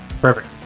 Perfect